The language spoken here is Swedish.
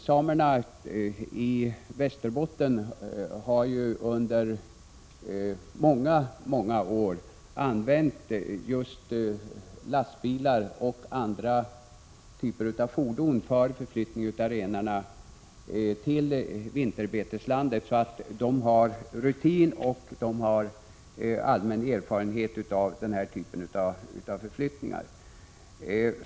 Samerna i Västerbotten har under många år använt just lastbilar och andra fordon för förflyttning av renarna till vinterbeteslandet; de har alltså rutin och allmän erfarenhet av den här typen av förflyttningar.